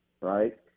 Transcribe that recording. right